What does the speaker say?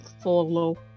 follow